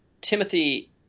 Timothy